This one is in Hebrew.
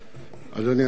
אדוני היושב-ראש,